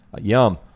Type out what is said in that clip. Yum